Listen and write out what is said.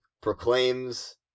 proclaims